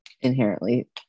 inherently